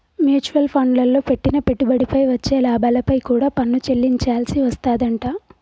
mutual ఫండ్లల్లో పెట్టిన పెట్టుబడిపై వచ్చే లాభాలపై కూడా పన్ను చెల్లించాల్సి వస్తాదంట